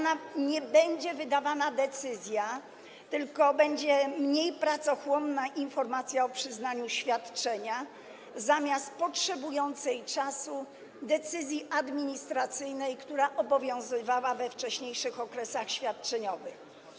Nie będzie wydawana decyzja, tylko będzie mniej pracochłonna informacja o przyznaniu świadczenia zamiast potrzebującej czasu decyzji administracyjnej, która obowiązywała we wcześniejszych okresach świadczeniowych.